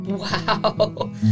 Wow